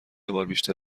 بار، بیشتر